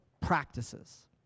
practices